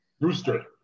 Rooster